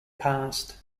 passed